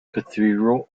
cathedral